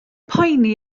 poeni